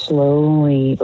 Slowly